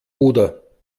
oder